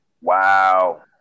Wow